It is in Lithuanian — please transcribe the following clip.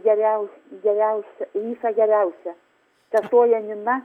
geriausi geriausi visa geriausia sesuo janina